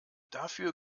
dafür